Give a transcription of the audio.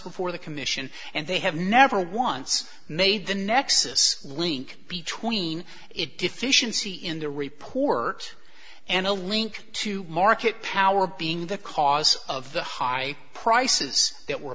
before the commission and they have never once made the nexus link between it deficiency in the report and a link to market power being the cause of the high prices that were